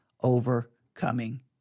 overcoming